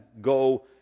go